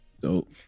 Dope